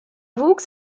wuchs